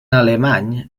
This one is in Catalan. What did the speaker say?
alemany